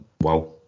wow